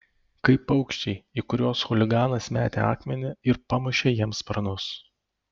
kaip paukščiai į kuriuos chuliganas metė akmenį ir pamušė jiems sparnus